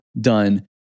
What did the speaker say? done